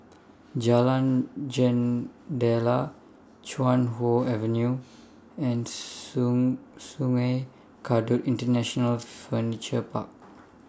Jalan Jendela Chuan Hoe Avenue and Sungei Kadut International Furniture Park